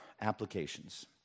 applications